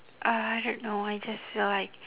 uh I don't know I just feel like